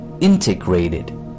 integrated